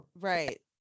Right